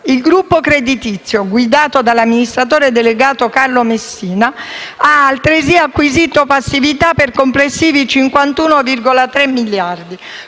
Il gruppo creditizio guidato dall'amministratore delegato Carlo Messina ha altresì acquisito passività per complessivi 51,3 miliardi